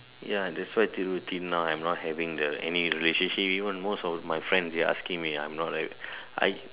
ya that's why the Thiru till now I'm not having the any relationship even most of my friend they asking me I'm not I